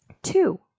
Two